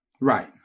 Right